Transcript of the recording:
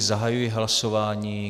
Zahajuji hlasování.